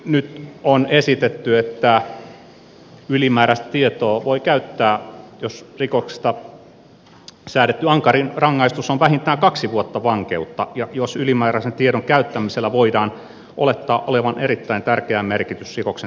nyt on esitetty että ylimääräistä tietoa voi käyttää jos rikoksista säädetty ankarin rangaistus on vähintään kaksi vuotta vankeutta ja jos ylimääräisen tiedon käyttämisellä voidaan olettaa olevan erittäin tärkeä merkitys rikoksen selvittämiselle